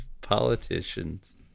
politicians